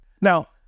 now